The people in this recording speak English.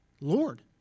Lord